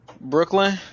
Brooklyn